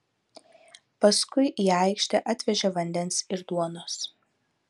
paskui į aikštę atvežė vandens ir duonos